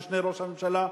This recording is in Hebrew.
המשנה לראש הממשלה,